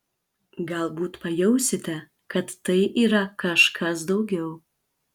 galbūt pajausite kad tai yra kažkas daugiau